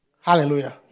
Hallelujah